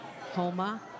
homa